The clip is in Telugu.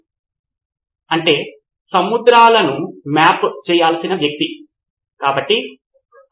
సిద్ధార్థ్ మాతురి కాబట్టి మౌలిక సదుపాయాలు ఉన్న పాఠశాలలకు విద్యార్థులకు మరియు ఉపాధ్యాయులకు సాధారణ రిపోజిటరీ ఉంది